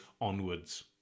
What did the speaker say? onwards